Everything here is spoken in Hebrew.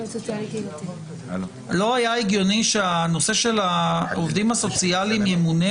לא היה הגיוני שהנושא של העובדים הסוציאליים ימונה